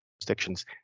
jurisdictions